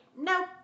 nope